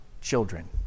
children